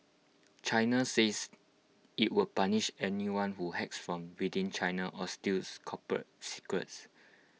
China says IT will punish anyone who hacks from within China or steals corporate secrets